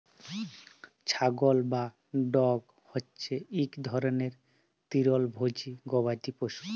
ছাগল বা গট হছে ইক রকমের তিরলভোজী গবাদি পশু